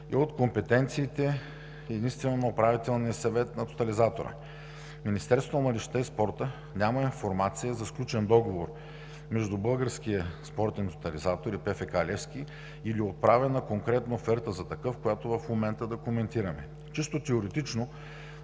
е от компетенциите единствено на Управителния съвет на тотализатора. Министерството на младежта и спорта няма информация за сключен договор между Българския спортен тотализатор и ПФК „Левски“ или отправена конкретна оферта за такъв, която в момента да коментираме. Чисто теоретично